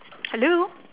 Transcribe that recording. hello